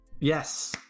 Yes